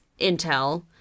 intel